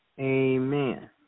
Amen